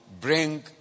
bring